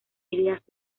ideas